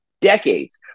decades